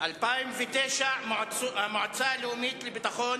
לשנת 2010, נתקבל.